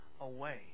away